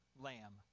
lamb